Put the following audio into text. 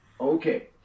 Okay